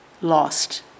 lost